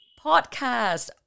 podcast